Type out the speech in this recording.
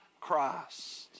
Christ